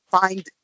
find